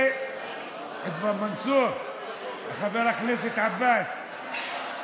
חבר הכנסת עבאס,